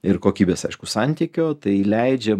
ir kokybės aišku santykio tai leidžia